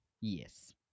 Yes